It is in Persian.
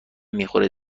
میخوره